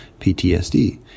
PTSD